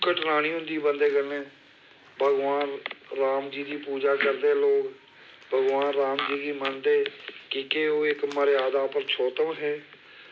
घटना निं होंदी बंदे कन्नै भगवान राम जी दी पूजा करदे लोक भगवान राम जी गी मन्नदे कि के ओह् इक मर्यादा पुरूषोतम हे